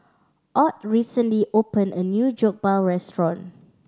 Ott recently opened a new Jokbal restaurant